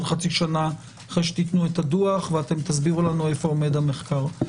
חצי שנה אחרי שתיתנו את הדוח ותסבירו לנו איפה עומד המחקר.